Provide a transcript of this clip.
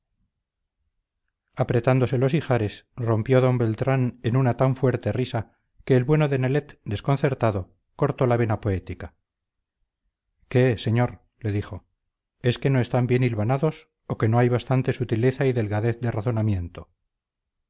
apretándose los ijares rompió d beltrán en una tan fuerte risa que el bueno de nelet desconcertado cortó la vena poética qué señor le dijo es que no están bien hilvanados o que no hay bastante sutileza y delgadez de razonamiento